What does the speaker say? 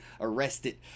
arrested